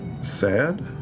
Sad